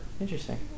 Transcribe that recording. Interesting